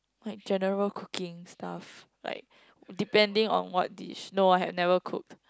like general cooking stuff like depending on what dish no I have never cooked